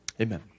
Amen